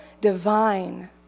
divine